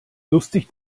lustig